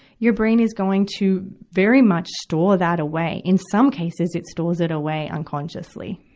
your brain is going to very much store that away. in some cases, it stores it away unconsciously,